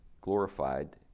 glorified